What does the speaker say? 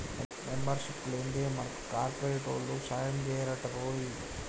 membership లేందే మనకు కోఆపరేటివోల్లు సాయంజెయ్యరటరోయ్